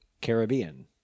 Caribbean